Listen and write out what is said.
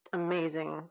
amazing